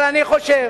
אבל אני חושב